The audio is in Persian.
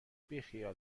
بیخیال